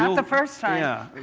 um the first time. yeah